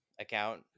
account